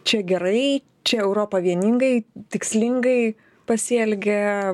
čia gerai čia europa vieningai tikslingai pasielgė